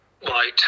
white